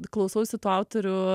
klausausi tų autorių